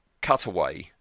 cutaway